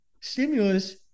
stimulus